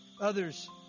others